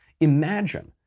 Imagine